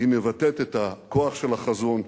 היא מבטאת את הכוח של החזון,